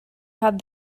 had